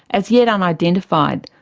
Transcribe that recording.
as yet um identified.